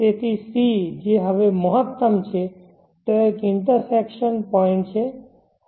તેથી c જે હવે મહત્તમ છે ત્યાં એક ઇન્ટરસેકશન પોઇન્ટ છે